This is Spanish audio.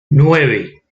nueve